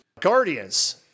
Guardians